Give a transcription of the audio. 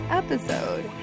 episode